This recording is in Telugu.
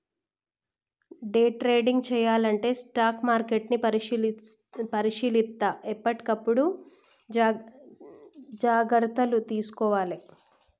డే ట్రేడింగ్ చెయ్యాలంటే స్టాక్ మార్కెట్ని పరిశీలిత్తా ఎప్పటికప్పుడు జాగర్తలు తీసుకోవాలే